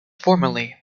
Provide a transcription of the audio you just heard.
formerly